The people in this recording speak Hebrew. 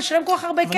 לשלם כל כך הרבה כסף?